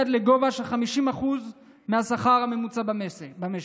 עד ב-50% מהשכר הממוצע במשק,